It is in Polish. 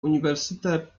universite